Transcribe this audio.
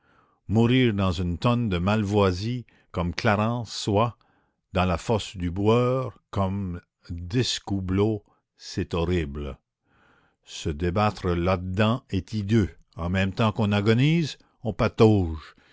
mourir dans une tonne de malvoisie comme clarence soit dans la fosse du boueur comme d'escoubleau c'est horrible se débattre là-dedans est hideux en même temps qu'on agonise on patauge